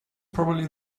probably